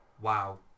wow